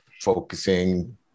focusing